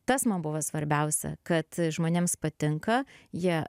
tas man buvo svarbiausia kad žmonėms patinka jie